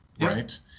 right